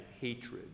hatred